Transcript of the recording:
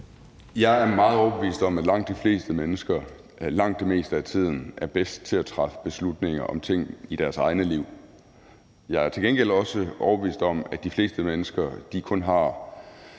Jeg er meget overbevist om, at langt de fleste mennesker langt det meste af tiden er bedst til at træffe beslutninger om ting i deres egne liv. Jeg er til gengæld også overbevist om, at politik for de fleste mennesker kun er